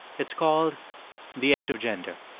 it's called the edge of gender.